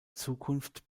zukunft